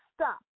stop